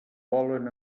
volen